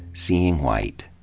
seeing white.